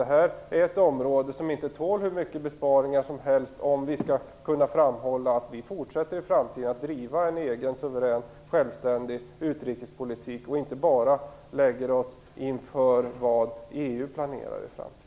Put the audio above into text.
Detta är ett område som inte tål hur mycket som helst av besparingar, om vi skall kunna göra gällande att vi framöver skall fortsätta att driva en egen, suverän och självständig utrikespolitik och inte skall lägga oss för det som EU planerar i framtiden.